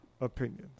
opinions